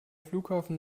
flughafen